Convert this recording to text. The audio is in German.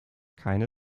keine